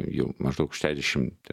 jau maždaug šešiasdešimt